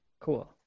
Cool